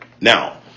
Now